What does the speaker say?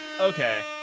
Okay